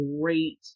great